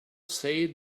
say